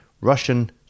Russian